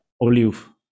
Olive